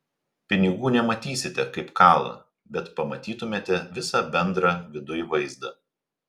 pinigų nematysite kaip kala bet pamatytumėte visą bendrą viduj vaizdą